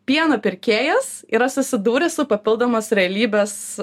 pieno pirkėjas yra susidūręs su papildomos realybės